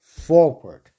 forward